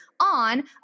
on